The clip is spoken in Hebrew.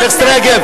חברת הכנסת רגב.